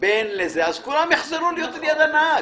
אז כולם יחזרו להיות על יד הנהג,